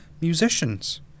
musicians